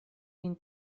vin